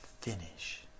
finish